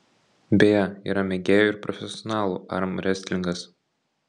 beje yra mėgėjų ir profesionalų armrestlingas